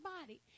body